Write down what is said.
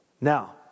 Now